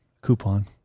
coupon